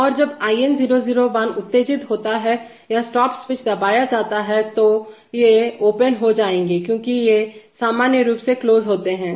और जब IN001 उत्तेजित होता है या स्टॉप स्विच दबाया जाता है तो ये ओपन हो जाएंगे क्योंकि ये सामान्य रूप से क्लोज होते हैं